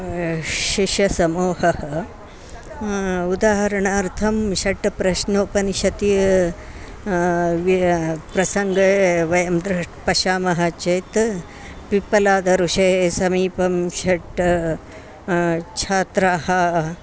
शिष्यसमूहः उदाहरणार्थं षट् प्रश्नोपनिषदि वि प्रसङ्गे वयं दृष्यं पश्यामः चेत् पिप्पलादऋषेः समीपं षट् छात्राः